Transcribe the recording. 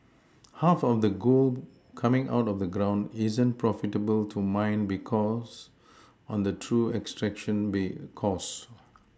half of the gold coming out of the ground isn't profitable to mine because on the true extraction bay costs